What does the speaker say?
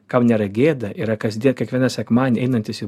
kam nėra gėda yra kasdien kiekvieną sekmadienį einantys į